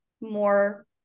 more